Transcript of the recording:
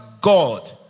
god